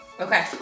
Okay